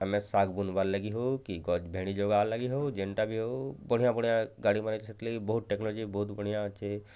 ଆମେ ଶାଗ୍ ବୁନବାର୍ ଲାଗି ହଉ କି ଗଛ ଭେଡ଼ି ଜଗବା ଲାଗି ଭି ହଉ ଯେନଟା ଭି ହଉ ବଢ଼ିଆ ବଢ଼ିଆ ଗାଡ଼ିମାନେ ସେଥିଲାଗି ବହୁତ୍ ଟେକ୍ନୋଲୋଜି ବହୁତ୍ ବଢ଼ିଆ ଅଛେଁ